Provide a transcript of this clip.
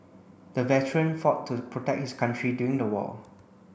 the veteran fought to protect his country during the war